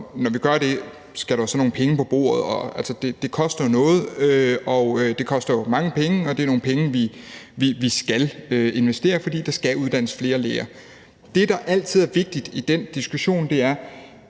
sørge for, at der kommer nogle penge på bordet, når vi gør det. Det koster jo noget, det koster mange penge, og det er nogle penge, vi skal investere, for der skal uddannes flere læger. Det, der altid er vigtigt at have med i den diskussion, er